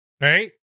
right